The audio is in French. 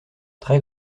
très